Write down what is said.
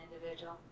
individual